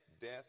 death